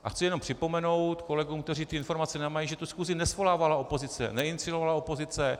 A chci jenom připomenout kolegům, kteří ty informace nemají, že tu schůzi nesvolávala opozice, neiniciovala opozice.